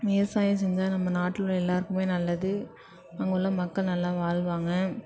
விவசாயம் செஞ்சால் நம்ம நாட்டில் உள்ள எல்லாருக்குமே நல்லது அங்கே உள்ள மக்கள் நல்லா வாழ்வாங்க